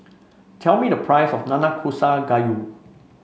tell me the price of Nanakusa Gayu